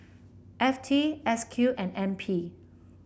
F T S Q and N P